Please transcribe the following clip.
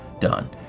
done